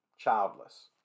childless